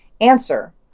Answer